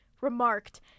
remarked